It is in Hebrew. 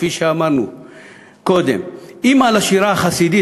כפי שאמרנו קודם: האם על השירה החסידית,